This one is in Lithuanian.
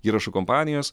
įrašų kompanijos